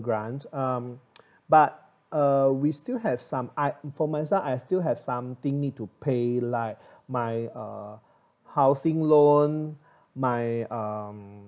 grant um but uh we still have some I for myself I still have something need to pay like my uh housing loan my um